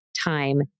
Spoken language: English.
time